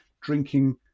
drinking